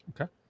okay